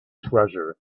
treasure